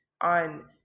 on